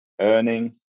Earning